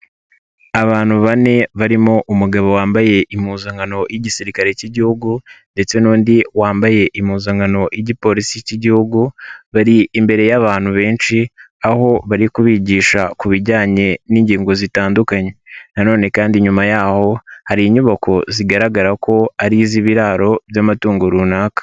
Abantu bane barimo umugabo wambaye impuzankano y'igisirikare cy'igihugu ndetse n'undi wambaye impuzankano y'igipolisi cy'igihugu, bari imbere y'abantu benshi, aho bari kubigisha ku bijyanye n'ingingo zitandukanye na none kandi nyuma yaho hari inyubako zigaragara ko ari iz'ibiraro by'amatungo runaka.